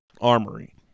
armory